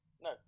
no